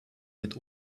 mit